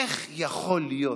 איך יכול להיות?